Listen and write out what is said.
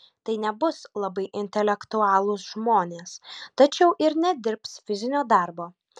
tai nebus labai intelektualūs žmonės tačiau ir nedirbs fizinio darbo